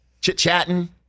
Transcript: chit-chatting